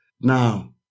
Now